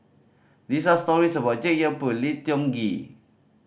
this are stories about Jek Yeun Thong Lim Tiong Ghee